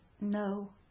no